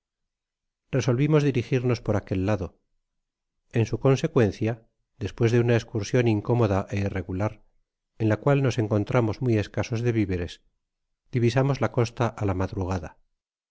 resolvimos dirigirnos por aquel lado en su consecuencia despues de una escursion incómoda é irregular efljla cual nos encontramos muy escasos de viveres ditasamas la costa á la madrugada